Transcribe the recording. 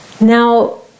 Now